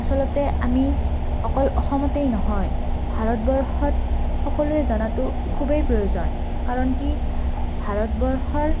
আচলতে আমি অকল অসমতেই নহয় ভাৰতবৰ্ষত সকলোৱে জনাটো খুবেই প্ৰয়োজন কাৰণ কি ভাৰতবৰ্ষৰ